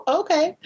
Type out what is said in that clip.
okay